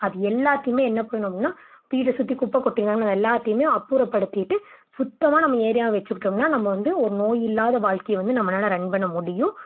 அது எல்லாத்தையுமே என்ன பண்ணணும்னா வீட்ட சுற்றி குப்பை கொட்டிருந்தாங்கன்னா அது எல்லாத்தையுமே அப்புறப்படுத்திட்டு சுத்தமாக நம்ம ஏரியாவை வெச்சுக்கிட்டோம்னா நம்ம வந்து ஒரு நோய் இல்லாத வாழ்க்கையை வந்து நம்மளால ரன் பண்ணமுடியும்